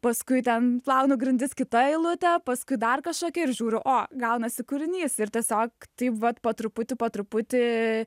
paskui ten plaunu grindis kita eilutė paskui dar kažkokia ir žiūriu o gaunasi kūrinys ir tiesiog taip vat po truputį po truputį